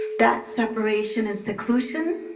that separation and seclusion,